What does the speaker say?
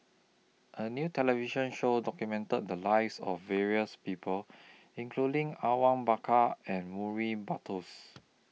A New television Show documented The Lives of various People including Awang Bakar and Murray Buttrose